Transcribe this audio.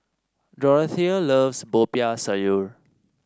Dorathea loves Popiah Sayur